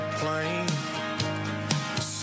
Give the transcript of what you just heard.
plane